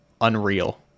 unreal